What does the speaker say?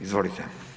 Izvolite.